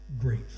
great